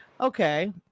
Okay